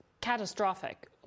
Catastrophic